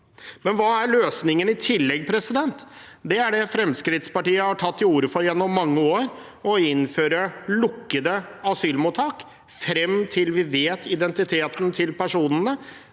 Hva er løsningen i tillegg? Det er det Fremskrittspartiet har tatt til orde for gjennom mange år: å innføre lukkede asylmottak frem til vi vet identiteten til personene,